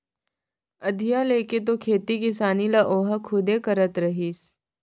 अधिया लेके तो खेती किसानी ल ओहा खुदे करत रहिस